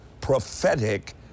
prophetic